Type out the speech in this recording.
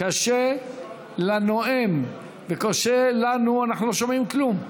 קשה לנואם וקשה לנו, אנחנו לא שומעים כלום.